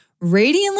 radiantly